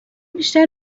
بیشتر